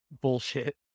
bullshit